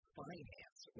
finance